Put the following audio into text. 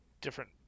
different